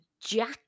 jack